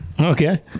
Okay